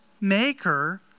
maker